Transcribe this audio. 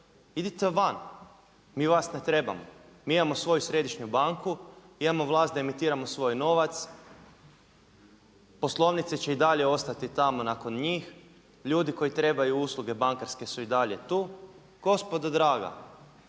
idite van, mi vas ne trebamo. Mi imamo svoju središnju banku, imamo vlast da emitiramo svoj novac, poslovnice će i dalje ostati tamo nakon njih, ljudi koji trebaju usluge bankarske su i dalje tu. Gospodo draga,